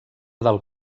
del